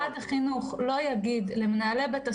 עד שמשרד החינוך לא יגיד למנהלי בתי הספר: